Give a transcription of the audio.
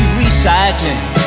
recycling